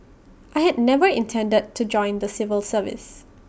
I had never intended to join the civil service